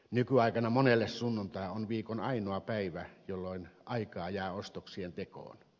nykyaikana monelle sunnuntai on viikon ainoa päivä jolloin aikaa jää ostoksien tekoon